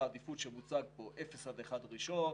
העדיפות שמוצג פה: אפס עד אחד קילומטר ראשון,